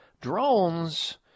drones